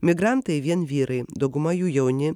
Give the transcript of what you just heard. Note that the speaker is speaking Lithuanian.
migrantai vien vyrai dauguma jų jauni